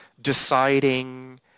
deciding